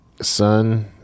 son